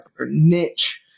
niche